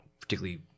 particularly